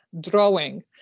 drawing